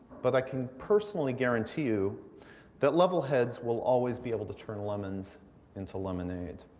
but i can personally guarantee you that level heads will always be able to turn lemons into lemonade.